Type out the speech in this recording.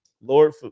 Lord